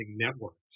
networks